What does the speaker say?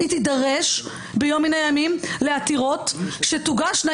היא תידרש ביום מן הימים לעתירות שתוגשנה,